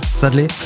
sadly